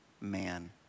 man